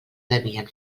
devien